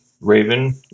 Raven